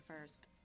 First